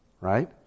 right